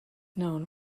known